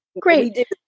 great